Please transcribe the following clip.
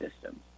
system